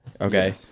Okay